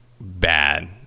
bad